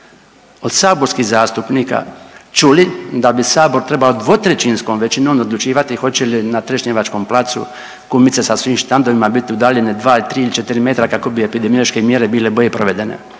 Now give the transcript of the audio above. od saborskih zastupnika čuli da bi Sabor trebao dvotrećinskom većinom odlučivati hoće li na trešnjevačkom placu kumice sa svim štandovima biti udaljene 2 ili 3 ili 4 metra kako bi epidemiološke mjere bile bolje provedene.